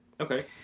okay